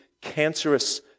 cancerous